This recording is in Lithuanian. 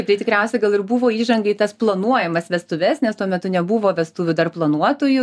tai tikriausiai gal ir buvo įžanga į tas planuojamas vestuves nes tuo metu nebuvo vestuvių dar planuotojų